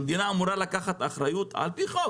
המדינה אמורה לקחת אחריות על פי חוק,